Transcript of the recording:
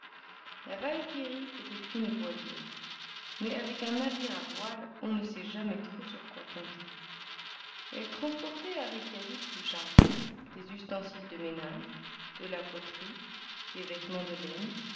la valkyrie était fine voilière mais avec un navire à voiles on ne sait jamais trop sur quoi compter elle transportait à reykjawik du charbon des ustensiles de ménage de la poterie des vêtements de laine